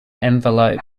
envelope